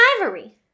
ivory